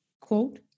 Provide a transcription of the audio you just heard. quote